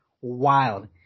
wild